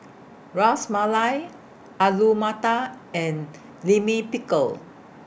Ras Malai Alu Matar and Lime Pickle